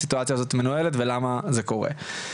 שהסיטואציה הזו מנוהלת ולמה זה קורה.